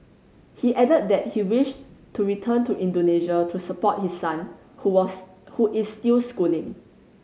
he added that he wished to return to Indonesia to support his son who was who is still schooling